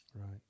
Right